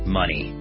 money